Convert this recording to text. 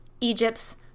Egypt's